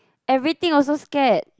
everything also scared